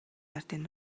ардын